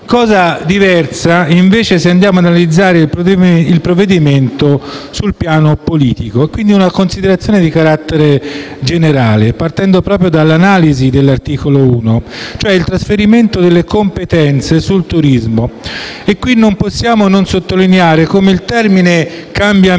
Cosa diversa, invece, se andiamo ad analizzare il provvedimento sul piano politico. Faccio una considerazione di carattere generale, partendo dall'analisi dell'articolo 1, che prevede il trasferimento delle competenze sul turismo. A questo proposito non possiamo non sottolineare come il termine «cambiamento»,